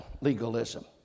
legalism